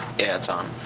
yeah, it's on.